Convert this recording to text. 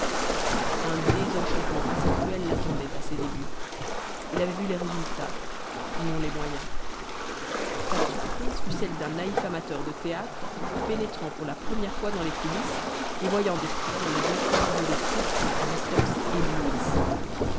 un désenchantement assez cruel l'attendait à ses débuts il avait vu les résultats non les moyens sa surprise fut celle d'un naïf amateur de théâtre pénétrant pour la première fois dans les coulisses et voyant de près les décors et les trucs qui à distance